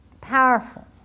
Powerful